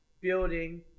building